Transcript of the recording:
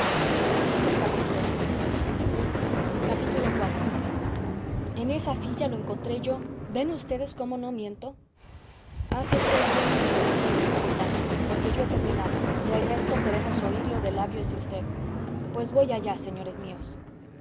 iv en esa silla lo encontré yo ven ustedes cómo no miento hace v bien en interrumpirme capitán porque yo he terminado y el resto queremos oírlo de labios de v pues voy allá señores míos